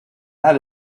have